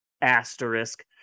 asterisk